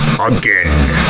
again